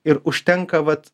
ir užtenka vat